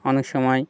অনেক সময়